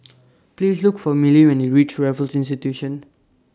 Please Look For Milly when YOU REACH Raffles Institution